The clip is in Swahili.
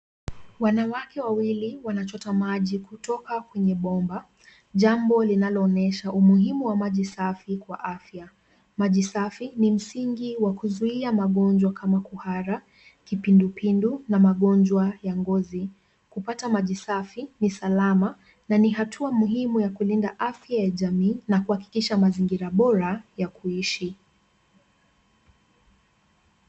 Wanawake wawili wanachota maji kutoka kwenye bomba jambo linalo onyesha umuhimu wa maji safi kwa afya. Maji safi ni pili kwa kupiga magonjwa kama kuhara, kipindipindu na magonjwa ya ngozi. Kupata maji safi ni salama na ni hatua muhimu ya kulinda afya ya shirika na kuendesha mazingira bora ya kuishi.